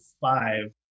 five